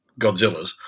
Godzillas